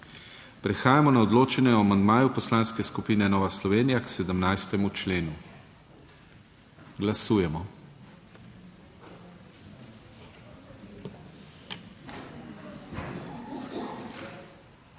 Prehajamo na odločanje o amandmaju Poslanske skupine Nova Slovenija k 17. členu. Glasujemo.